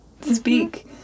speak